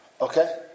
Okay